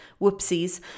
whoopsies